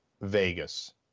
Vegas